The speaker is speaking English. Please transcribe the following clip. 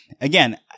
Again